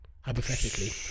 hypothetically